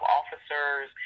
officers